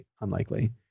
unlikely